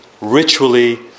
ritually